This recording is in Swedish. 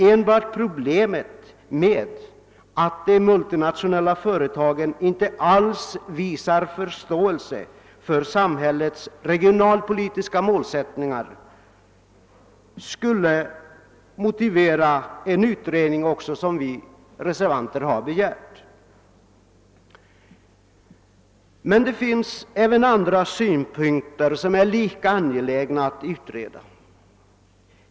Enbart problemet med att de multinationella företagen inte alls visar förståelse för samhällets regionalpolitiska målsättningar skulle motivera en sådan utredning som vi reservanter har begärt. Men det finns även andra områden som det är lika angeläget att utreda.